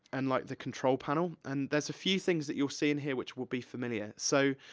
and, like, the control panel. and there's a few things that you'll see in here which will be familiar. so,